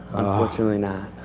unfortunately not.